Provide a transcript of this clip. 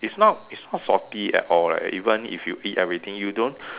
it's not it's not salty at all leh even if you eat everything you don't